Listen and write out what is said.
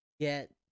get